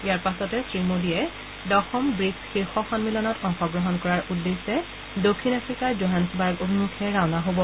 ইয়াৰ পাছতে শ্ৰীমোদীয়ে দশম ব্ৰিকছ শীৰ্য সম্মিলনত অংশগ্ৰহণ কৰাৰ উদ্দেশে দক্ষিণ আফ্ৰিকাৰ জোহান্সবাৰ্গ অভিমুখে ৰাওনা হ'ব